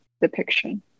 depiction